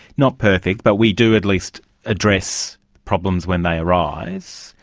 not perfect, but we do at least address problems when they arise?